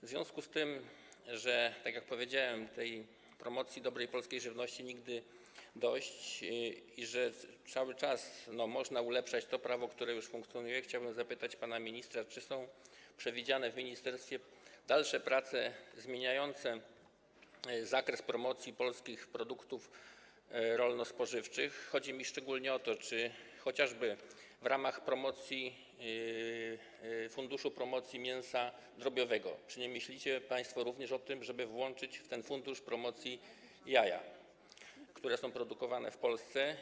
W związku z tym, jak powiedziałem, że promocji dobrej polskiej żywności nigdy dość i że cały czas można ulepszać to prawo, które już funkcjonuje, chciałbym zapytać pana ministra, czy są przewidziane w ministerstwie dalsze prace nad zmianą zakresu promocji polskich produktów rolno-spożywczych, chodzi mi szczególnie o to, czy chociażby w ramach Funduszu Promocji Mięsa Drobiowego nie myślicie państwo o tym, żeby włączyć do tego funduszu promocji jaja, które są produkowane w Polsce.